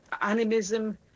Animism